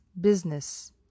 business